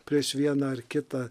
prieš vieną ar kitą